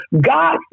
God